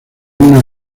una